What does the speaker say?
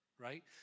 right